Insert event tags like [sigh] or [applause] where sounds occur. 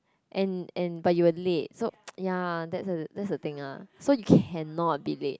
and and but you were late so [noise] ya that's the thing ah so you cannot be late